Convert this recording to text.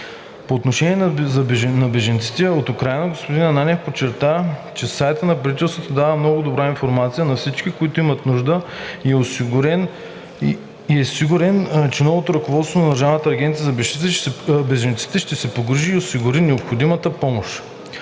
По отношение на бежанците от Украйна господин Ананиев подчерта, че сайтът на правителството дава много добра информация на всички, които имат нужда, и е сигурен, че новото ръководство на Държавната агенция за бежанците ще се погрижи да осигури необходимата помощ.